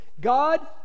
God